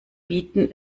bieten